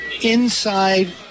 inside